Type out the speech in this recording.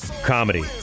comedy